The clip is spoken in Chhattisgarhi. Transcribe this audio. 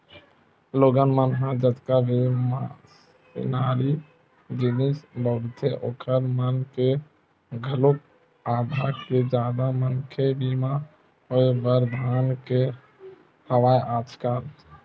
लोगन मन ह जतका भी मसीनरी जिनिस बउरथे ओखर मन के घलोक आधा ले जादा मनके बीमा होय बर धर ने हवय आजकल